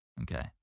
Okay